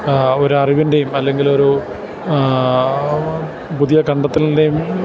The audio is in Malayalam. ഒരറിവിൻ്റെയും അല്ലെങ്കിലൊരു പുതിയ കണ്ടത്തലിന്റെയും